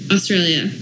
Australia